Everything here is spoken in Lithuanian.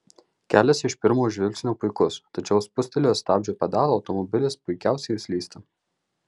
kelias iš pirmo žvilgsnio puikus tačiau spustelėjus stabdžio pedalą automobilis puikiausiai slysta